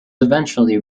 eventually